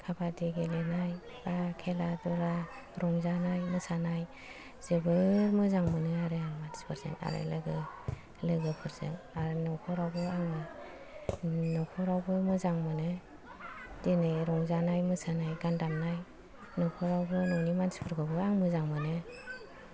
खाबादि गेलेनाय बा खेला दुला रंजानाय मोसानाय जोबोर मोजां मोनो आरो आं मानसिफोरजों आरो लोगोफोरजों आरो न'खरावबो आङो न'खरावबो मोजां मोनो दिनै रंजानाय मोसानाय गान दामनाय न'खरावबो न'नि मानसिफोरखौबो आं मोजां मोनो